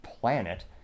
planet